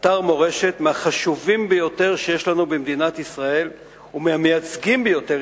אתר מורשת מהחשובים ביותר שיש לנו במדינת ישראל ומהמייצגים ביותר